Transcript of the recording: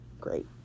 Great